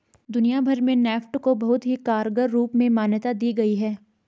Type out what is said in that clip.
दुनिया भर में नेफ्ट को बहुत ही कारगर रूप में मान्यता दी गयी है